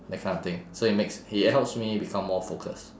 that kind of thing so it makes it helps me become more focused